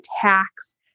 tax